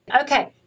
Okay